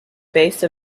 base